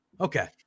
Okay